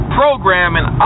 programming